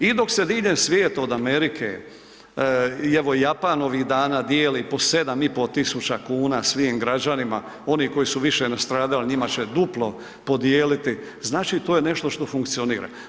I dok se diljem svijeta od Amerike evo i Japan ovih dana dijeli po 7.500 kuna svim građanima, oni koji su više nastradali njima će duplo podijeliti, znači to je nešto što funkcionira.